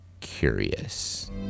curious